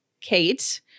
Kate